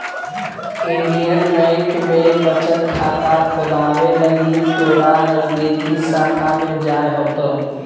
Indian bank में बचत खाता खोलावे लगी तोरा नजदीकी शाखा में जाय होतो